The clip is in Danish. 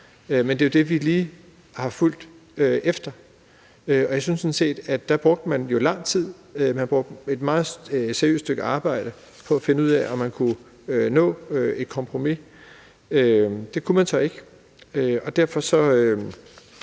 Men det er jo det, vi lige har fulgt, og der synes jeg, at man sådan set brugte lang tid på det og lavede et meget seriøst stykke arbejde med at finde ud af, om man kunne nå et kompromis. Det kunne man så ikke, og derfor er